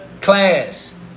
class